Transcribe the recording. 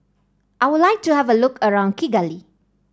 I would like to have a look around Kigali